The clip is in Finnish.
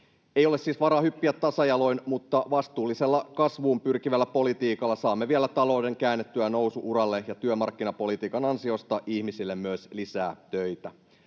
Ei ole siis varaa hyppiä tasajaloin, mutta vastuullisella, kasvuun pyrkivällä politiikalla saamme vielä talouden käännettyä nousu-uralle ja työmarkkinapolitiikan ansiosta ihmisille myös lisää töitä.